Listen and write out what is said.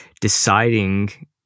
deciding